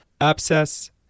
abscess